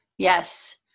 Yes